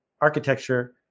architecture